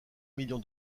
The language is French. million